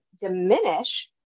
diminish